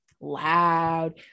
loud